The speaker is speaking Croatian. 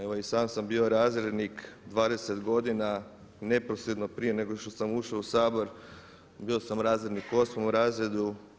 Evo i sam sam bio razrednik 20 godina neposredno prije nego što sam ušao u Sabor bio sam razrednik osmom razredu.